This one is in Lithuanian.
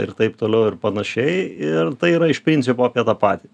ir taip toliau ir panašiai ir tai yra iš principo apie tą patį